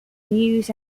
news